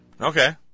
okay